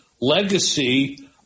legacy